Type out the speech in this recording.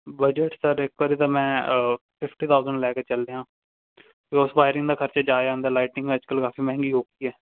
budget sir ਇੱਕ ਵਾਰੀ ਤਾਂ ਮੈਂ ਫਿਫਟੀ ਥਾਉਜੈਂਟ ਲੈ ਕੇ ਚੱਲ ਰਿਹਾ ਹਾਉਸ ਵਾਇਰਿੰਗ ਦਾ ਖਰਚਾ ਜ਼ਿਆਦਾ ਆਉਂਦਾ ਲਾਈਟਿੰਗ ਅੱਜ ਕੱਲ੍ਹ ਕਾਫ਼ੀ ਮਹਿੰਗੀ ਹੋ ਗਈ ਹੈ